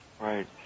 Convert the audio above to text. Right